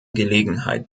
gelegenheit